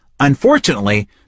Unfortunately